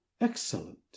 Excellent